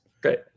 Great